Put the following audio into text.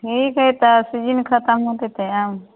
ठीक हइ तऽ सीजन खतम होतै तऽ आएब